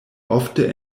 ofte